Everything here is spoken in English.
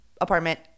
apartment